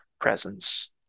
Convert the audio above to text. presence